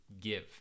give